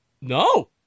no